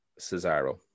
Cesaro